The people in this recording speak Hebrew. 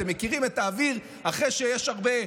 אתם מכירים את האוויר אחרי שיש הרבה,